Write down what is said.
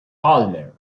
palmer